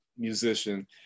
musician